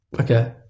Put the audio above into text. Okay